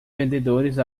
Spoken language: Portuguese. vendedores